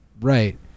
right